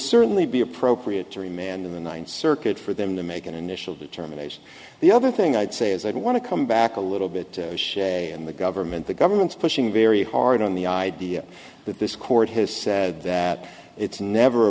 certainly be appropriate to remain on the ninth circuit for them to make an initial determination the other thing i'd say is i don't want to come back a little bit in the government the government's pushing very hard on the idea that this court has said that it's never